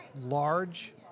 large